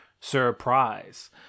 surprise